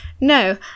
No